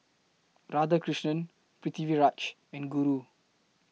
Radhakrishnan Pritiviraj and Guru